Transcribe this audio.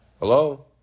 Hello